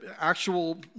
actual